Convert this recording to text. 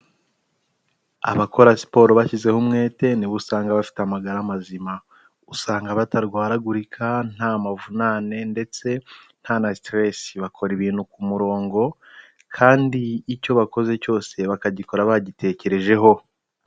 Abakora siporo bashyizeho umwete nibo usanga bafite amagara mazima, usanga batarwaragurika, nta mavunane ndetse nta na sitiresi bakora ibintu ku murongo kandi icyo bakoze cyose bakagikora bagitekerejeho.